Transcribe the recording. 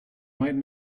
might